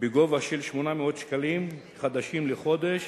בגובה של 800 שקלים חדשים לחודש,